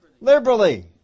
Liberally